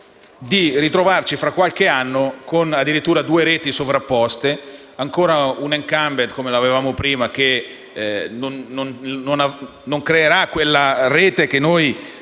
di ritrovarci tra qualche anno con addirittura due reti sovrapposte, ancora una *incumbent* come la avevamo prima, che non creerà quella rete che noi